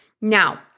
Now